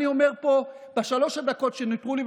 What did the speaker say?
אני אומר פה בשלוש הדקות שנותרו לי,